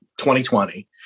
2020